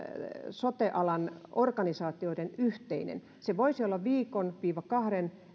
sote alan organisaatioiden yhteinen se voisi olla viikon kahden